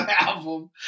album